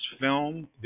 film